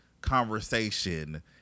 conversation